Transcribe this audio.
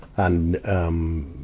and, um,